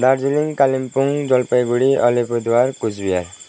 Darjeeling Kalimpong Jalpaiguri Alipurduar Cooch Behar